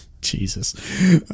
Jesus